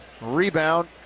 rebound